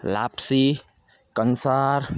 લાપસી કંસાર